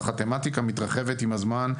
אך התמתיקה מתרחבת עם הזמן,